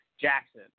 Jackson